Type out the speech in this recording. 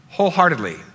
wholeheartedly